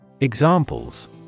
Examples